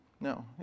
No